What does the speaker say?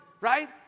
right